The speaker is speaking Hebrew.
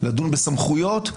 לדון בסמכויות,